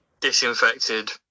disinfected